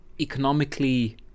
Economically